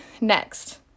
next